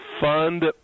fund